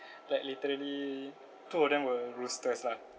like literally two of them were roosters lah